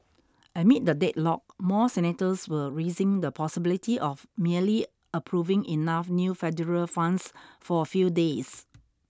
amid the deadlock more senators were raising the possibility of merely approving enough new federal funds for a few days